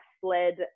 sled